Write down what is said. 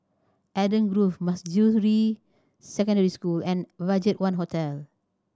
Eden Grove Manjusri Secondary School and BudgetOne Hotel